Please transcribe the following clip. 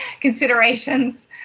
considerations